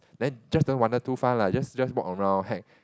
then just don't wander too far lah just just walk around hang